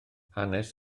hanes